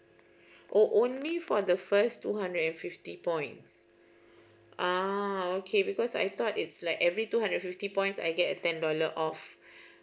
oh only for the first two hundred and fifty points uh okay because I thought it's like every two hundred and fifty points I get a ten dollar off